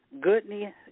goodness